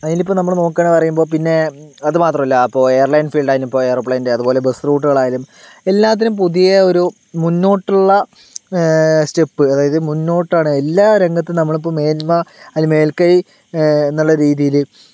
അതിനിപ്പോൾ നമ്മൾ നോക്കുകയാണെന്ന് പറയുമ്പോൾ പിന്നെ അതു മാത്രമല്ല ഇപ്പോൾ എയർലൈൻ ഫീൽഡായാലും ഇപ്പോൾ ഏറോപ്ലെയിനിൻ്റെ അതുപോലെ ബസ്സ് റൂട്ടുകളായാലും എല്ലാത്തിനും പുതിയ ഒരു മുന്നോട്ടുള്ള സ്റ്റെപ്പ് അതായത് മുന്നോട്ടാണ് എല്ലാ രംഗത്തും നമ്മൾ ഇപ്പോൾ മേന്മ അല്ലെങ്കിൽ മേൽക്കൈ എന്നുള്ള രീതിയിൽ